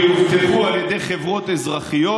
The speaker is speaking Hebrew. יאובטחו על ידי חברות אזרחיות,